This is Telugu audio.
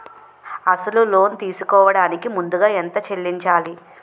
అసలు లోన్ తీసుకోడానికి ముందుగా ఎంత చెల్లించాలి?